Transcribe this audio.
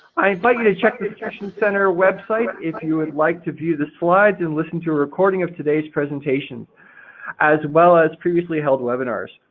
i invite you to check the solution center website if you would like to view the slides and listen to a recording of today's presentation as well as previously held webinar.